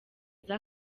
aza